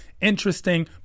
interesting